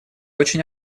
очень